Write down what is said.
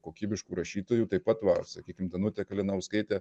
kokybiškų rašytojų taip pat va sakykim danutė kalinauskaitė